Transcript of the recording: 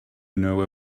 know